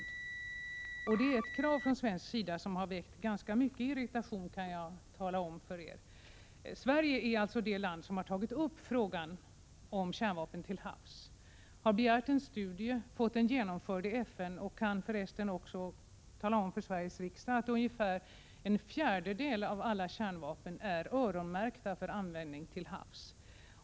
Jag kan tala om för kammarens ledamöter att det kravet från svensk sida har väckt ganska mycket irritation. Sverige är alltså det land som tagit upp frågan om kärnvapen till havs och begärt en studie samt fått den genomförd i FN. Jag kan för resten tala om för Sveriges riksdag att ungefär en fjärdedel av alla kärnvapen är öronmärkta för användning till havs.